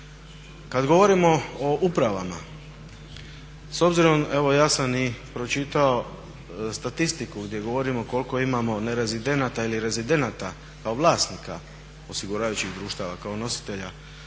Kada govorimo o upravama, s obzirom, evo ja sam i pročitao statistiku gdje govorimo koliko imamo ne rezidenata ili rezidenata kao vlasnika osiguravajućih društava, kao nositelja